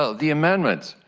ah the amendments.